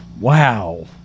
Wow